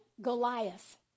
Goliath